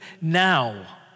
now